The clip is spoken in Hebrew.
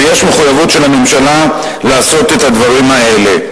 ויש מחויבות של הממשלה לעשות את הדברים האלה.